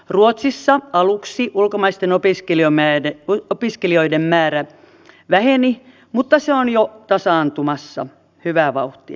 ruotsissa aluksi ulkomaisten opiskelijoiden määrä väheni mutta se on jo tasaantumassa hyvää vauhtia